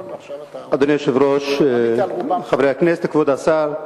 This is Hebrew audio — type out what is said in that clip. אדוני היושב-ראש, חברי הכנסת, כבוד השר,